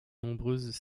nombreuses